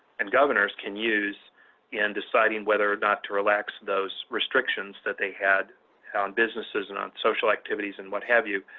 and governors can use in deciding whether or not to relax those restrictions that they had on businesses and on social activities and what have you.